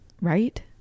Right